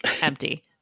empty